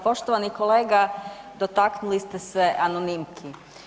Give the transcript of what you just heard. Poštovani kolega dotaknuli ste se anonimki.